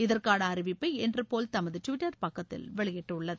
இதற்கான அறிவிப்பை இன்டர்போல் தமது டிவிட்டார் பக்கத்தில் வெளியிட்டுள்ளது